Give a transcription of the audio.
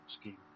scheme